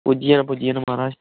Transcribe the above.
पुज्जी जाना पुज्जी जाना महाराज